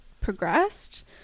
progressed